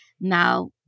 now